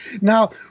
Now